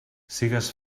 sigues